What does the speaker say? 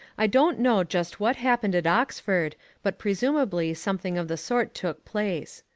i don't know just what happened at oxford but presumably something of the sort took place.